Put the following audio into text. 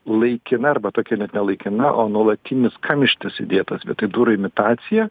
laikina arba tokia net ne laikina o nuolatinis kamštis įdėtas vietoj durų imitacija